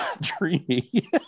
Dreamy